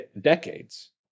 decades